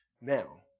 Now